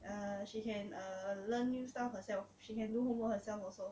err she can err learn new stuff herself she can do homework herself also